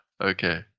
Okay